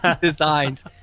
designs